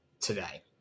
today